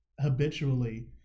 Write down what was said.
habitually